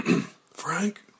Frank